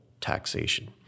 taxation